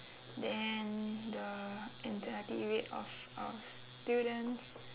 then the anxiety rate of of students